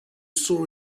saw